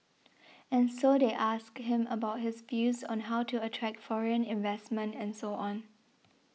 and so they asked him about his views on how to attract foreign investment and so on